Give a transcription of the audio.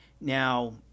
Now